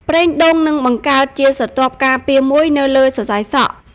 ប្រេងដូងនឹងបង្កើតជាស្រទាប់ការពារមួយនៅលើសរសៃសក់។